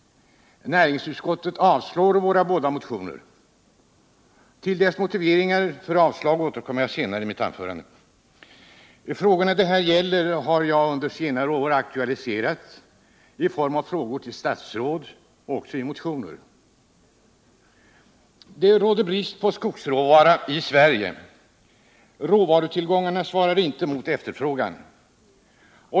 Näringsutskottet avstyrker våra båda motioner. Till utskottets motiveringar för avslagsyrkandena återkommer jag senare i mitt anförande. De spörsmål som det här gäller har jag under senare år aktualiserat i form av frågor till statsråd och i form av motioner. Det råder brist på skogsråvara i Sverige. Råvarutillgångarna svarar inte mot efterfrågan.